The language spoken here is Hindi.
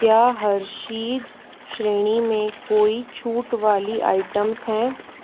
क्या हर्शीज़ श्रेणी में कोई छूट वाली आइटम्स हैं